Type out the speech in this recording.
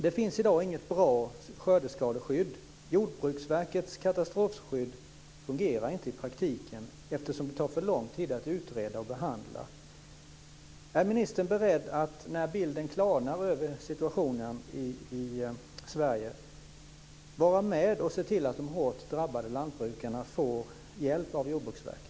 Det finns i dag inget bra skördeskadeskydd. Jordbruksverkets katastrofskydd fungerar inte i praktiken eftersom det tar för lång tid att utreda och behandla frågorna. Är ministern beredd när bilden över situationen i Sverige klarnar att vara med och se till att de hårt drabbade lantbrukarna får hjälp av Jordbruksverket?